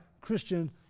Christian